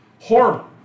Horrible